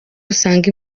usanga